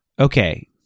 okay